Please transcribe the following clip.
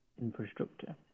infrastructure